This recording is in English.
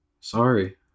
Sorry